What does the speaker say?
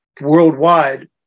worldwide